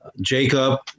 Jacob